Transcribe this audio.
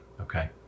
okay